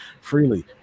freely